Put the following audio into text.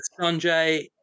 Sanjay